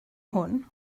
hwn